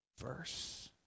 verse